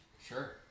Sure